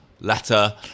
letter